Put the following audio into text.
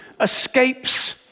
escapes